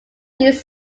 these